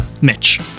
Mitch